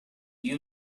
you